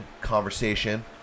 conversation